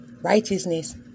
righteousness